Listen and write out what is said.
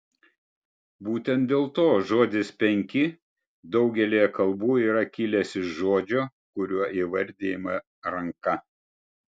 būtent dėl to žodis penki daugelyje kalbų yra kilęs iš žodžio kuriuo įvardijama ranka